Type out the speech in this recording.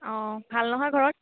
অঁ ভাল নহয় ঘৰত